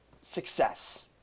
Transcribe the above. success